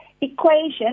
equation